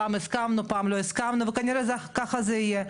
פעם הסכמנו, פעם לא הסכמנו, וכנראה ככה זה יהיה.